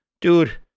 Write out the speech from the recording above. dude